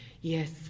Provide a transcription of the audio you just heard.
yes